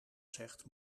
zegt